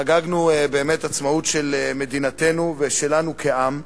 חגגנו עצמאות של מדינתנו ושלנו כעם,